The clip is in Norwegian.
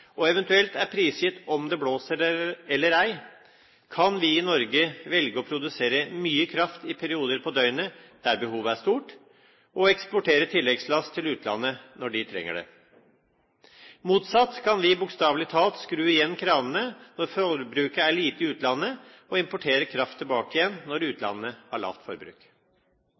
og eventuelt er prisgitt om det blåser eller ei, kan vi i Norge velge å produsere mye kraft i perioder på døgnet der behovet er stort, og eksportere tilleggslast til utlandet når de trenger det. Motsatt kan vi bokstavelig talt skru igjen kranene når forbruket er lite i utlandet, og importere kraft tilbake igjen når utlandet har lavt forbruk.